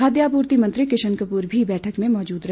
खाद्य आपूर्ति मंत्री किशन कपूर भी बैठक में मौजूद रहे